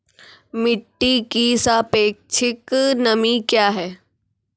मिटी की सापेक्षिक नमी कया हैं?